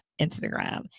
Instagram